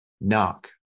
knock